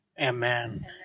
Amen